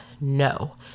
No